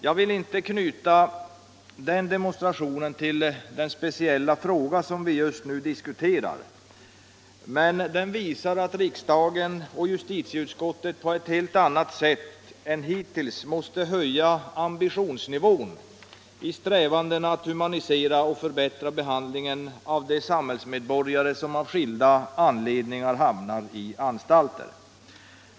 Jag vill inte knyta den demonstrationen till den speciella fråga som vi just nu diskuterar, men det här visar att riksdagen och justitieutskottet på ett helt annat sätt än hittills måste höja ambitionsnivån i strävandena att humanisera och förbättra behandlingen av de samhällsmedborgare som av skilda anledningar hamnar i anstalter.